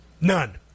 None